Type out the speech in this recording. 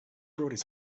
brought